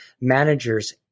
managers